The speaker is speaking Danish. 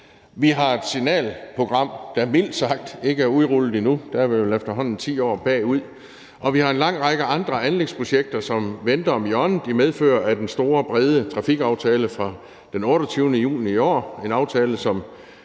vi har et signalprogram, der mildt sagt ikke er udrullet endnu – der er vi vel efterhånden 10 år bagud – og vi har en lang række andre anlægsprojekter, som venter om hjørnet i medfør af den store, brede trafikaftale fra den 28. juni i år,